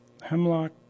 Hemlock